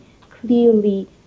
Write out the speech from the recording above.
clearly